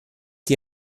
die